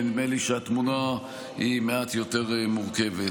ונדמה לי שהתמונה היא מעט יותר מורכבת.